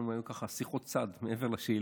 אנחנו מדברים ככה, שיחות צד, מעבר לשאילתה.